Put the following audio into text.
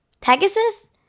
Pegasus